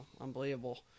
unbelievable